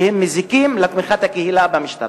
שמזיקים לתמיכת הקהילה במשטרה.